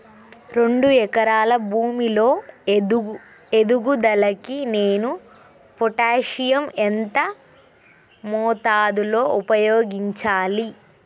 రెండు ఎకరాల భూమి లో ఎదుగుదలకి నేను పొటాషియం ఎంత మోతాదు లో ఉపయోగించాలి?